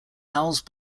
housed